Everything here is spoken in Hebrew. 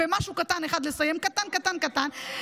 לסיים במשהו קטן אחד,